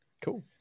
Cool